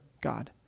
God